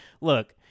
look